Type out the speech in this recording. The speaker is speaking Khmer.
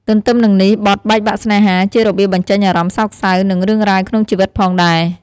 ទន្ទឹមនឹងនេះបទបែកបាក់ស្នេហាជារបៀបបញ្ចេញអារម្មណ៍សោកសៅ និងរឿងរ៉ាវក្នុងជីវិតផងដែរ។